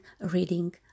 reading